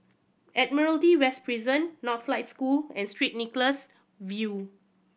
Admiralty West Prison Northlight School and Street Nicholas View